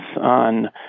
on